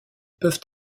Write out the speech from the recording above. peuvent